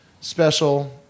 special